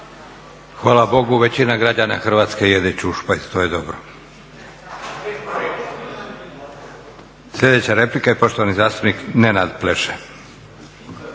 Hvala Bogu većina građana Hrvatske jede ćušpajz, to je dobro. Sljedeća replika i poštovani zastupnik Nenad Pleše.